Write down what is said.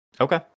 Okay